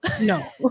No